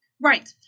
Right